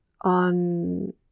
on